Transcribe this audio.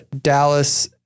Dallas